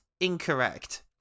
incorrect